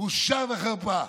בושה וחרפה.